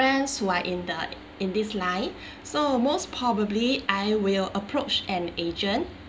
friends who are in the in this line so most probably I will approach an agent